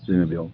जोङो बेयाव